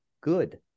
good